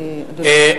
אכן כן.